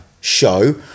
show